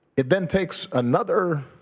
it then takes another